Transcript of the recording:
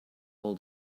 all